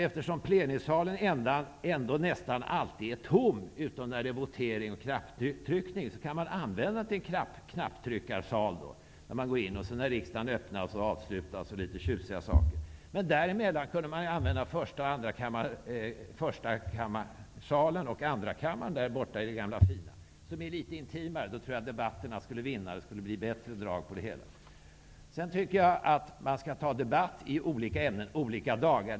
Eftersom plenisalen nästan alltid är tom -- utom när det är votering och knapptryckning -- kan man använda den till just en knapptryckarsal och vid riksdagens öppnande och avslutning. Däremellan kunde man använda de gamla fina första och andrakammarsalarna som är litet intimare. Det tror jag att debatterna skulle vinna på. Jag tycker att man skall ha debatt i olika ämnen olika dagar.